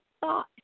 thought